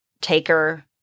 taker